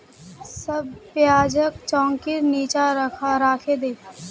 सब प्याजक चौंकीर नीचा राखे दे